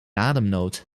ademnood